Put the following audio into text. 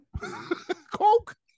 Coke